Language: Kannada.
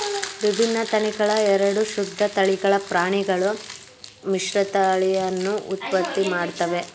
ವಿಭಿನ್ನ ತಳಿಗಳ ಎರಡು ಶುದ್ಧ ತಳಿಗಳ ಪ್ರಾಣಿಗಳು ಮಿಶ್ರತಳಿಯನ್ನು ಉತ್ಪತ್ತಿ ಮಾಡ್ತವೆ